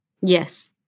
Yes